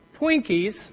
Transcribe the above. Twinkies